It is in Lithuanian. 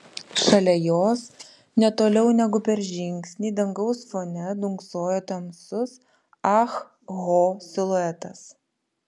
šalia jos ne toliau negu per žingsnį dangaus fone dunksojo tamsus ah ho siluetas